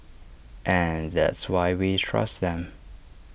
and that's why we trust them